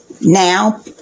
now